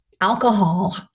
alcohol